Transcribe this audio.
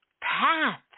path